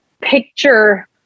picture